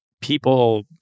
people